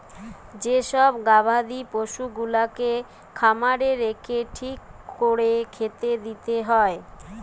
যে সব গবাদি পশুগুলাকে খামারে রেখে ঠিক কোরে খেতে দিতে হয়